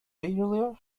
earlier